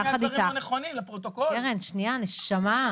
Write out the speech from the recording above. יש פה דברים לא נכונים לפרוטוקול -- קרן שנייה נשמה,